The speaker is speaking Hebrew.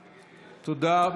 תודה.